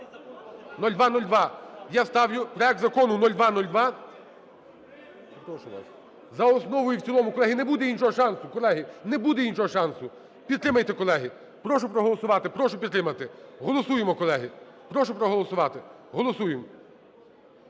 Я ставлю проект закону 0202 за основу і в цілому. Колеги, не буде іншого шансу. Колеги, не буде іншого шансу. Підтримайте, колеги. Прошу проголосувати. Прошу підтримати. Голосуємо, колеги. Прошу проголосувати. Голосуємо.